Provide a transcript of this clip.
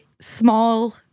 small